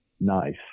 nice